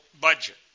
budget